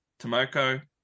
Tomoko